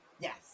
Yes